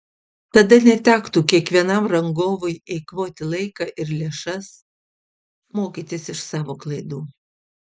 tada netektų kiekvienam rangovui eikvoti laiką ir lėšas mokytis iš savo klaidų